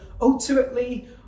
ultimately